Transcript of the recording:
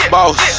Boss